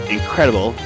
Incredible